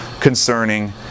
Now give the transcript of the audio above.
concerning